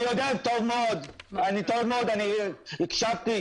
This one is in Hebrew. אני יודע טוב מאוד, אני הקשבתי.